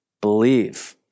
believe